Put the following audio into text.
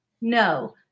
No